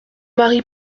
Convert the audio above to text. marie